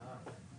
מה זאת אומרת?